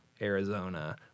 Arizona